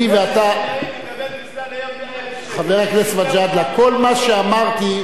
כל מה שאמרתי,